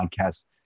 podcast